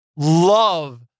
love